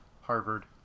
Harvard